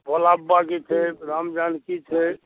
भोलाबाबाके छै राम जानकी छै